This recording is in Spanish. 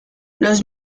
los